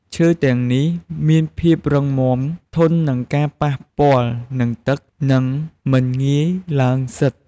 ឈើទាំងនេះមានភាពរឹងមាំ ធន់នឹងការប៉ះពាល់នឹងទឹក និងមិនងាយឡើងផ្សិត។